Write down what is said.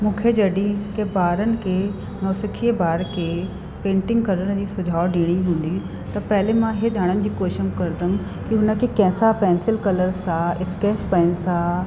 मूंखे जॾहिं कंहिं ॿारनि खे नौसिखिए ॿार खे पेंटिंग करण जी सुझाव ॾियणी हूंदी त पहिरीं मां हे ॼाणण जी कोशिशि करदमि की हुनखे कंहिंसां पेंसिल कलर सां स्केच पेन सां